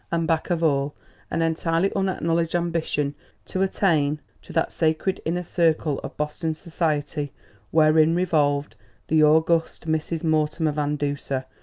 and back of all an entirely unacknowledged ambition to attain to that sacred inner circle of boston society wherein revolved the august mrs. mortimer van duser,